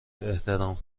احترام